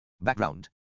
Background